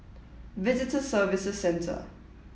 visitor Services Center